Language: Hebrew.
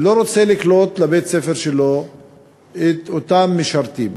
לא רוצה לקלוט בבית-הספר שלו את אותם משרתים,